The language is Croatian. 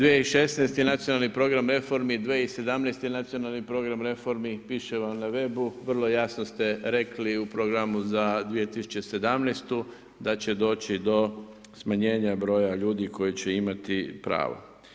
2016. je nacionalni program reformi, 2017. je nacionalni program reformi, piše vam na webu vrlo jasno ste rekli u programu za 2017. da će doći do smanjenja broja ljudi koja će imati pravo.